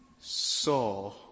saw